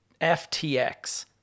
FTX